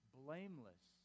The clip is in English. blameless